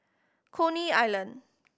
Coney Island